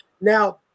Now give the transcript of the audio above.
Now